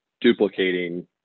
duplicating